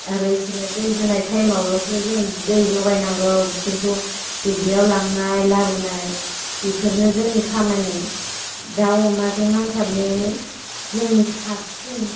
आरो बिसोरनि दै होनाय टाइमावल'सो जों दै जगायनांगौ बिसोरखौ दुब्लियाव लांनाय लाबोनाय बेफोरनो जोंनि खामानि दाउ अमाजों नांथाबनायानो जोंनि साबसिन